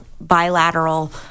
bilateral